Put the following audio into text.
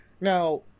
now